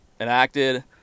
enacted